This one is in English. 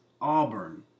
Auburn